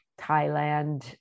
Thailand